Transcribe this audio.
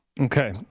Okay